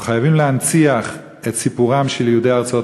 אנחנו חייבים להנציח את סיפורם של יהודי ארצות